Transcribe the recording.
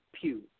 pew